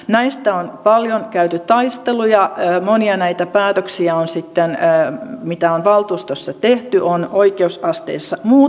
näistä on paljon käyty taisteluja ja monia näitä päätöksiä joita on valtuustossa tehty on sitten oikeusasteissa muuttunut